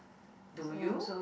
do you